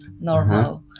normal